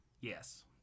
Yes